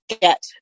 get